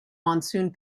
monsoon